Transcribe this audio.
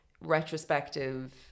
retrospective